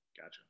gotcha